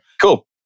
Cool